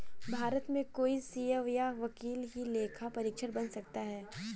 भारत में कोई सीए या वकील ही लेखा परीक्षक बन सकता है